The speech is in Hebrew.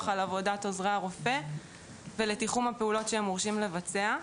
על עבודת עוזרי הרופא ולתיחום הפעולות שהם מורשים לבצע.